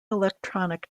electronic